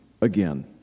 again